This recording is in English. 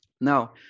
Now